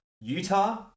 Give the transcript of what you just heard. Utah